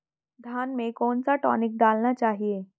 धान में कौन सा टॉनिक डालना चाहिए?